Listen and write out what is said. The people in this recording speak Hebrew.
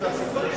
אדוני היושב-ראש,